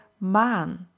man